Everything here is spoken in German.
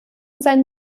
seinen